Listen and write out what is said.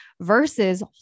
versus